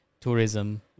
tourism